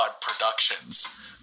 Productions